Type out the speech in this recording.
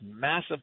massive